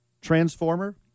transformer